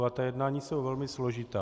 Tato jednání jsou velmi složitá.